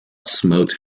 smoked